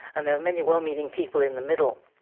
and there were many well-meaning people in the middle